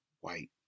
white